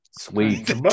sweet